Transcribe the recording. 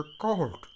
cold